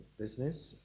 business